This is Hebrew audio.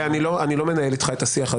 אני לא מנהל איתך את השיח.